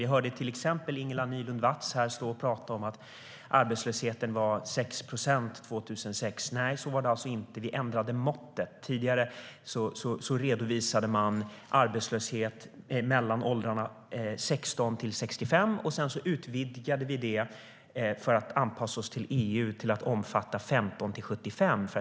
Vi hörde till exempel Ingela Nylund Watz prata om att arbetslösheten var 6 procent 2006. Så var det alltså inte. Vi ändrade måttet. Tidigare redovisades en arbetslöshet mellan åldrarna 16 och 65. Sedan utvidgade vi måttet för att anpassa oss till EU till att omfatta 15-75.